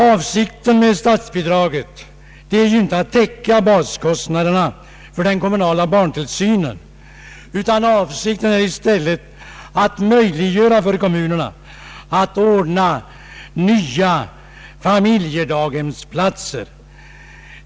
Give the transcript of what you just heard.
Avsikten med statsbidraget är inte att täcka baskostnaderna för den kommunala barntillsynen utan i stället att möjliggöra för kommunerna att ordna nya familjedaghemsplatser.